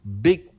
big